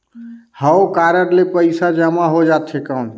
हव कारड ले पइसा जमा हो जाथे कौन?